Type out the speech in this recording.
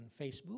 Facebook